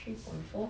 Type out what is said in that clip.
three point four